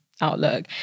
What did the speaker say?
outlook